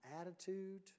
attitude